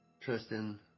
Tristan